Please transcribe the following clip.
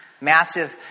Massive